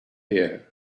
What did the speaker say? here